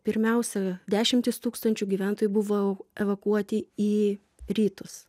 pirmiausia dešimtys tūkstančių gyventojų buvo evakuoti į rytus